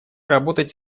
работать